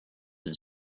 have